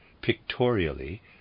pictorially